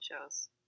shows